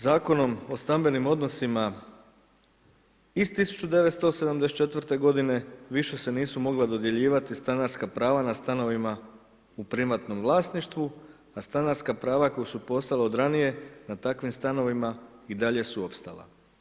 Zakon o stambenim odnosima iz 1994. g. više se nisu dodjeljivati stanarska prava na stanovima u privatnom vlasništvu, a stanarska prava koja su postojala od ranije, na takvim stanovima i dalje su opstala.